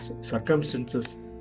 circumstances